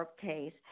case